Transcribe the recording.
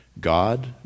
God